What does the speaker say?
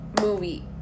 movie